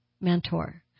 mentor